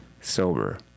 sober